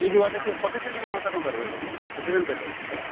ಇದು ಅದಕ್ಕೆ ಕೊಟೆಶನ ತಗೊಂಬರ್ಬೇಕು ಅದು ಕೊಟೆಶನ್ ಬೇಕಾಗ್ತದ